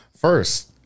First